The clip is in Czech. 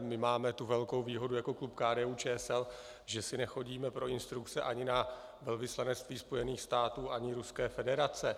My máme tu velkou výhodu jako klub KDUČSL, že si nechodíme pro instrukce ani na velvyslanectví Spojených států ani Ruské federace.